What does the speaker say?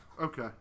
Okay